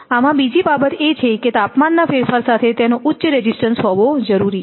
આમાં બીજી બાબત એ છે કે તાપમાનના ફેરફાર સાથે તેનો ઉચ્ચ રેઝિસ્ટન્સ હોવો જરૂરી છે